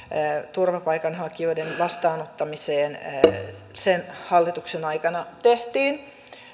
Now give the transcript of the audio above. turvapaikanhakijoiden vastaanottamiseen sen hallituksen aikana tehtiin